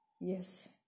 yes